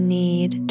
need